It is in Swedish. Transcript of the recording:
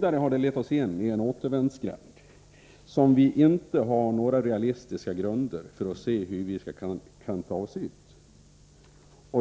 Det har vidare lett oss in i en återvändsgränd som vi inte på några realistiska grunder kan ta oss ur.